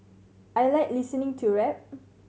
I like listening to rap